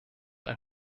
ein